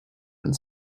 and